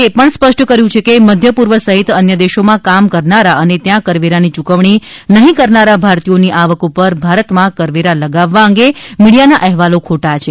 એ પણ સ્પષ્ટ કર્યુ કે મધ્ય પૂર્વ સહિત અન્ય દેશોમાં કામ કરનારા અને ત્યાં કરવેરાની યૂકવણી નહીં કરનારા ભારતીયોની આવક પર ભારતમાં કરવેરા લગાવવા અંગે મીડીયાના અહેવાલો ખોટા છે